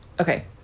Okay